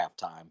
halftime